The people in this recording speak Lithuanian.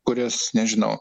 kuris nežinau